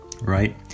right